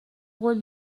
قول